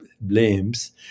blames